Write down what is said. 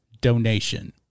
donation